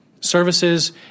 services